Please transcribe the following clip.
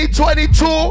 2022